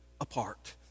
apart